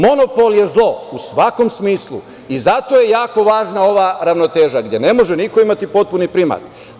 Monopol je zlo u svakom smislu i zato je jako važna ova ravnoteža gde ne može niko imati potpuni primat.